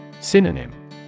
Synonym